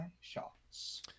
shots